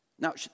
Now